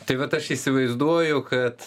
tai vat aš įsivaizduoju kad